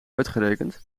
uitgerekend